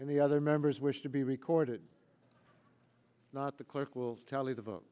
and the other members wish to be recorded not the clerk will tell you the vote